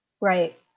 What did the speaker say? Right